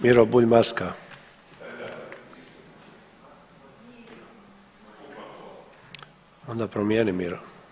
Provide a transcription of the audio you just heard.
Miro Bulj, maska … [[Upadica iz klupe se ne razumije]] Onda promijeni Miro.